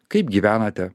kaip gyvenate